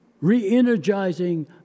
re-energizing